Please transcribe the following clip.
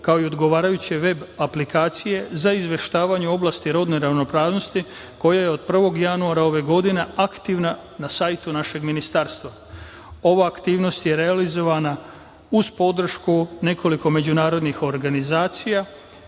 kao i odgovarajuće veb aplikacije za izveštavanje u oblasti rodne ravnopravnosti koja je od 1. januara ove godine aktivna na sajtu našeg ministarstva. Ova aktivnost je realizovana uz podršku nekoliko međunarodnih organizacija